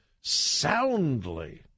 soundly